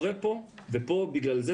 אם אתם שואלים אותי,